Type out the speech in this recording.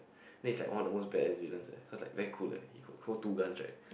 then he's like one of the most badass villains eh cause like very cool leh he could hold two guns right